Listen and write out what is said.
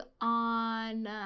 on